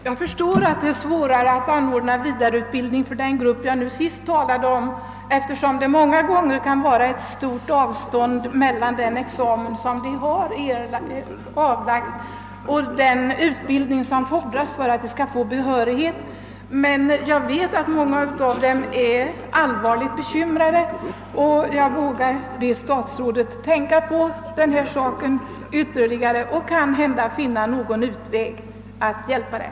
Herr talman! Jag förstår att det är svårare att anordna vidareutbildning för den grupp jag senast talade om, eftersom det många gånger kan vara ett stort avstånd mellan den examen som dessa ingenjörer har avlagt och den utbildning som fordras för att de skall få lärarbehörighet. Jag vet emellertid att många av dem är allvarligt bekymrade, och jag ber därför statsrådet att ytterligare tänka över denna fråga och söka finna någon utväg för att hjälpa dem.